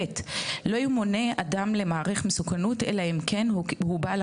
(ב)לא ימונה אדם למעריך מסוכנות אלא אם כן הוא בעל